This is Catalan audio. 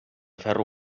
ferro